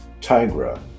Tigra